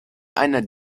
einer